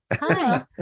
hi